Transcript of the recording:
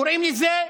קוראים לזה: